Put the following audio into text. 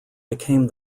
became